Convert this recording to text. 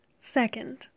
Second